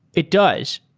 it does.